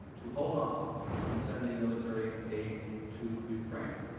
to hold off on sending military aid to ukraine.